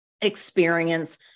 experience